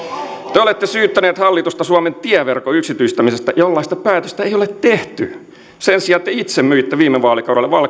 te te olette syyttäneet hallitusta suomen tieverkon yksityistämisestä jollaista päätöstä ei ei ole tehty sen sijaan te itse myitte viime vaalikaudella